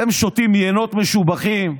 הם שותים יינות משובחים.